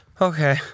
Okay